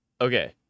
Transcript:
Okay